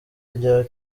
rya